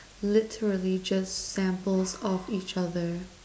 literally just samples of each other